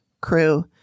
crew